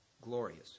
glorious